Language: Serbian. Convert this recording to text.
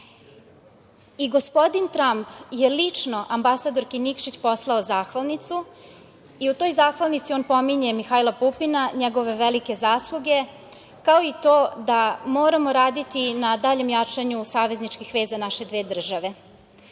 i gospodin Tramp je lično ambasadorki Nikšić poslao zahvalnicu i u toj zahvalnici on pominje Mihajla Pupina, njegove velike zasluge, kao i to da moramo raditi na daljem jačanju savezničkih veza naše dve države.